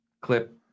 clip